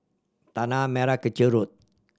Tanah Merah Kechil Road